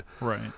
Right